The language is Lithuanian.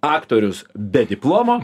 aktorius be diplomo